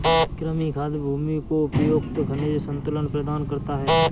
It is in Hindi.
कृमि खाद भूमि को उपयुक्त खनिज संतुलन प्रदान करता है